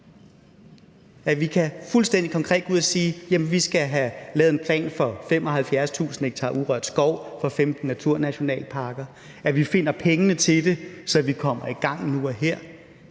at vi fuldstændig konkret kan gå ud og sige, at vi skal have lavet en plan for 75.000 ha urørt skov og for 15 naturnationalparker, og at vi finder pengene til det, så vi kommer i gang nu og her.